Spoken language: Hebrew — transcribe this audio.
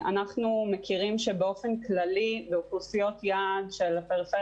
אנחנו מכירים שבאופן כללי באוכלוסיות יעד של הפריפריה